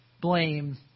blame